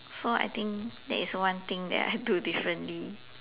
so I think that is one thing that I do differently